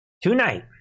tonight